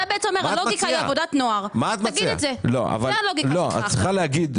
באילו בעיות ההצעה הזאת באה לטפל?